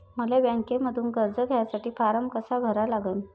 मले बँकेमंधून कर्ज घ्यासाठी फारम कसा भरा लागन?